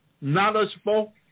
knowledgeable